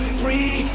free